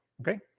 okay